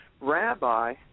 Rabbi